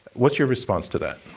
what's your response to that?